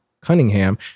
Cunningham